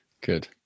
Good